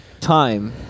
time